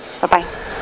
Bye-bye